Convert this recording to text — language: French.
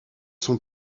sont